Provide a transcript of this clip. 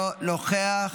אינו נוכח,